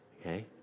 okay